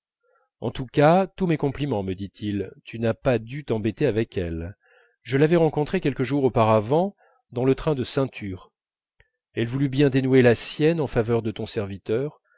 en tous cas tous mes compliments me dit-il tu n'as pas dû t'embêter avec elle je l'avais rencontrée quelques jours auparavant dans le train de ceinture elle voulut bien dénouer la sienne en faveur de ton serviteur